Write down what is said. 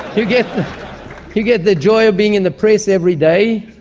you get you get the joy of being in the press every day,